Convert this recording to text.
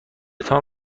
تان